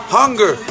hunger